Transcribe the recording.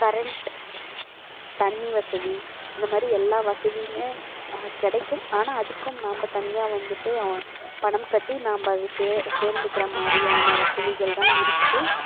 current தண்ணி வசதி இந்த மாதிரி எல்லா வசதியுமே கிடைக்கும் ஆனால் அதுக்கும் நாம்ம தனியாக வந்துட்டு அவன் பணம் கட்டி நாம்ம அதை சே சேர்ந்துக்குற மாதிரியான வசதிகள் தான் இருக்குது